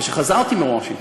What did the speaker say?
כשחזרתי מוושינגטון,